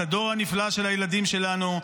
את הדור הנפלא של הילדים שלנו,